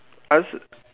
I also